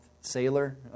sailor